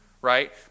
right